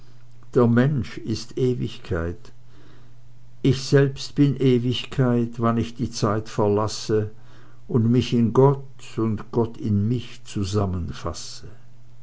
der mensch ist ewigkeit ich selbst bin ewigkeit wann ich die zeit verlasse und mich in gott und gott in mich zusammenfasse